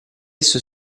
esso